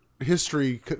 History